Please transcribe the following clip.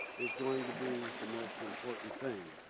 is going to be the most important thing.